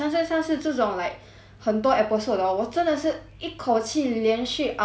很多 episode 的 hor 我真的是一口气连续熬夜很多天去看的 leh